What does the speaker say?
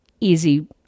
easy